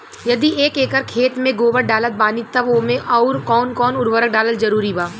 यदि एक एकर खेत मे गोबर डालत बानी तब ओमे आउर् कौन कौन उर्वरक डालल जरूरी बा?